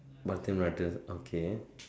brother brother okay